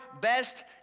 best